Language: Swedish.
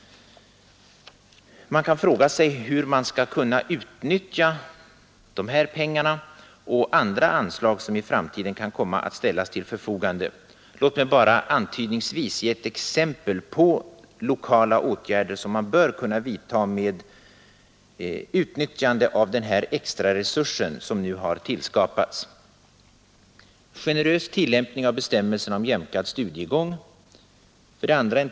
Man kan fråga sig hur man skall kunna utnyttja de här pengarna och andra anslag som i framtiden kan komma att ställas till förfogande. Låt mig bara antydningsvis ge exempel på lokala åtgärder som man bör kunna vidta med utnyttjande av denna ”extraresurs” som nu har tillskapats. 2.